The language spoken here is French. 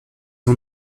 ont